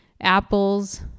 apples